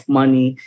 money